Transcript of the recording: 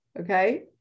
okay